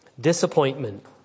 Disappointment